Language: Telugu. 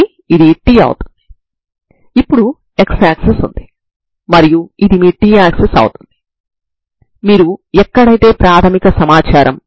కాబట్టి An మరియు Bn లు ప్రారంభ సమాచారం f మరియు g లు వున్న ఇంటిగ్రల్స్ గా ఇవ్వబడ్డాయి